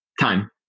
Time